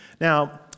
Now